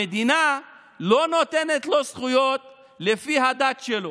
המדינה לא נותנת לו זכויות לפי הדת שלו.